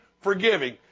forgiving